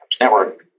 Network